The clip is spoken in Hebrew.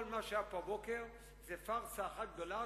כל מה שהיה פה הבוקר זה פארסה אחת גדולה,